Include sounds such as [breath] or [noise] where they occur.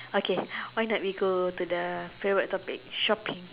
okay [breath] why not we go to the favorite topic shopping